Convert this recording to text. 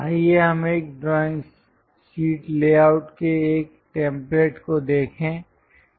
आइए हम एक ड्राइंग शीट लेआउट के एक टेम्पलेट को देखें